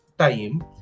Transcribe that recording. time